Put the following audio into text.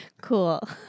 Cool